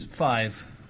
Five